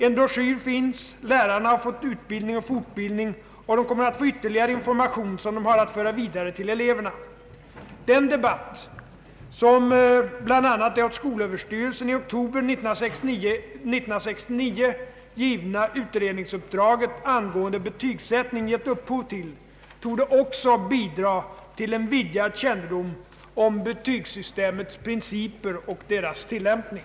En broschyr finns, lärarna har fått utbildning och fortbildning och de kommer att få ytterligare information som de har att föra vidare till eleverna. Den debatt, som bl.a. det åt skolöverstyrelsen i oktober 1969 givna utredningsuppdraget angående betygsättning gett upphov till, torde också bidra till en vidgad kännedom om betygsystemets principer och deras tillämpning.